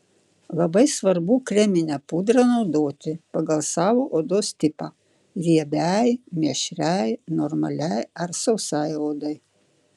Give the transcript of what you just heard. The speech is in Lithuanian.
labai svarbu kreminę pudrą naudoti pagal savo odos tipą riebiai mišriai normaliai ar sausai odai